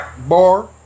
bar